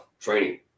training